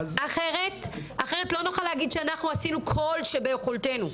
אחרת לא נוכל להגיד שעשינו כל שביכולתנו.